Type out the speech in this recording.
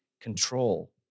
control